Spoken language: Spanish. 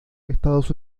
estados